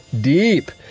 deep